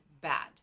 bad